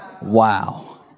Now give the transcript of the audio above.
Wow